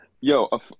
Yo